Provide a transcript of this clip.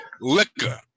Liquor